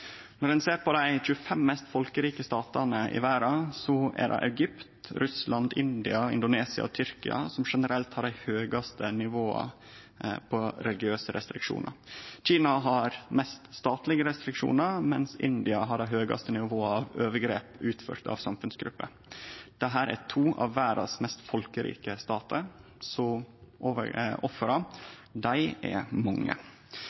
Når ein ser på dei 25 mest folkerike statane i verda, er det Egypt, Russland, India, Indonesia og Tyrkia som generelt har det høgaste nivået av religiøse restriksjonar. Kina har mest statlege restriksjonar, mens India har det høgaste nivået av overgrep utført av samfunnsgrupper. Dette er to av verdas mest folkerike statar, så offera er mange.